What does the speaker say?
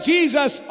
Jesus